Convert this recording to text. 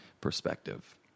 perspective